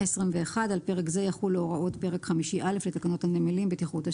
121.על פרק זה יחולו הוראות פרק חמישי א' לתקנות הנמלים בטיחות השיט,